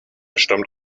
stammt